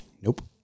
Nope